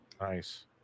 Nice